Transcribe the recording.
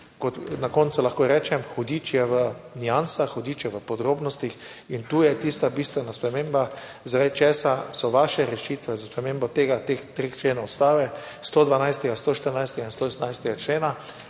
na koncu lahko rečem, hudič je v niansah, hudič je v podrobnostih in tu je tista bistvena sprememba, zaradi česa so vaše rešitve za spremembo tega, teh treh členov Ustave, 112., 114., 118. člena